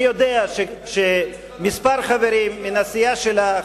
אני יודע שכמה חברים מהסיעה שלך,